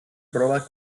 probak